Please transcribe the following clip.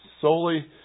solely